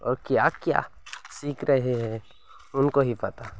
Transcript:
ଓର କ୍ୟା କ୍ୟା ଶିଖ ରହେ ହେ ଉନକୋ ହିଁ ପତା